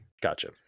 Gotcha